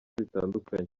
bitandukanye